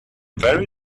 very